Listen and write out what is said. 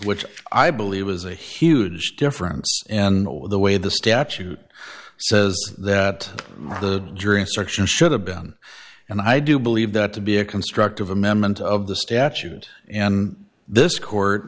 which i believe was a huge difference in the way the statute says that the jury instruction should have been and i do believe that to be a constructive amendment of the statute and this court